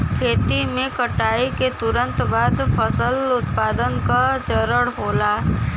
खेती में कटाई के तुरंत बाद फसल उत्पादन का चरण होला